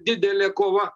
didelė kova